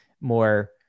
more